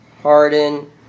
Harden